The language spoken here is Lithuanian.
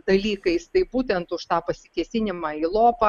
dalykais tai būtent už tą pasikėsinimą į lopą